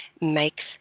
makes